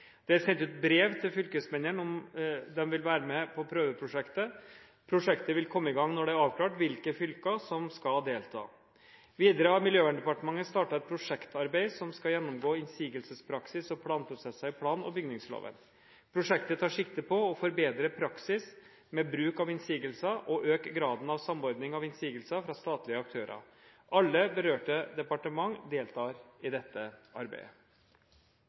Det er sendt ut brev til fylkesmennene med forespørsel om å være med på prøveprosjektet. Prosjektet vil komme i gang når det er klart hvilke fylker som skal delta. Videre har Miljøverndepartementet startet et prosjektarbeid som skal gjennomgå innsigelsespraksis og planprosesser i plan- og bygningsloven. Prosjektet tar sikte på å forbedre praksis med bruk av innsigelser og øke graden av samordning av innsigelser fra statlige aktører. Alle berørte departementer deltar i dette arbeidet.